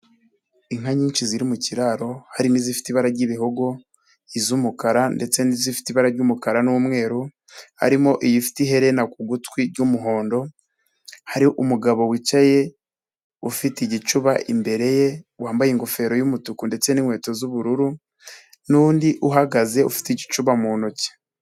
Inka nyinshi ziri mu kiraro hari n'izifite ibara ry'ibihogo, iz'umukara ndetse n'izifite ibara ry'umukara n'umweru, harimo iyifite iherena ku gutwi ry'umuhondo, hari umugabo wicaye ufite igicuba imbere ye, wambaye ingofero y'umutuku ndetse n'inkweto z'ubururu, n'undi uhagaze ufite igicuba mu ntoki.